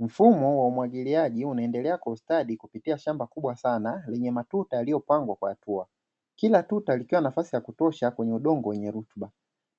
Mfumo wa umwagiliaji unaendelea kwa ustadi kupitia shamba kubwa sana lenye matuta yaliyopangwa kwa hatua kila tuta likiwa na nafasi ya kutosha kwenye udongo wenye rutuba,